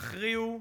יכריעו